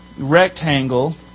rectangle